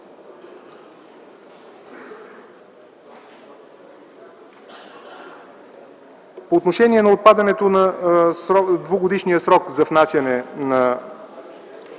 По отношение на отпадането на двегодишния срок за внасяне на